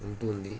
ఉంటుంది